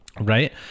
Right